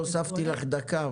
הוספתי לך דקה,